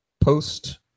post